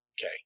Okay